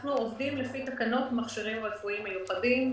אנחנו עובדים לפי תקנות מכשירים רפואיים מיוחדים,